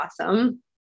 awesome